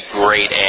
great